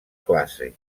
classe